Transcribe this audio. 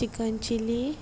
chicken chili